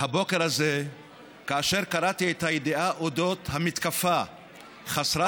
הבוקר הזה כאשר קראתי את הידיעה על אודות המתקפה חסרת